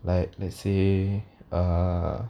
like let's say uh